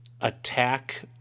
attack